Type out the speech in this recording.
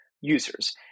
users